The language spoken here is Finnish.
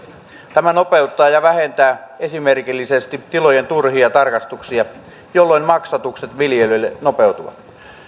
tämä nopeuttaa ja vähentää esimerkillisesti tilojen turhia tarkastuksia jolloin maksatukset viljelijöille nopeutuvat